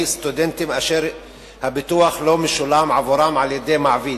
סטודנטים אשר הביטוח לא משולם עבורם על-ידי מעביד,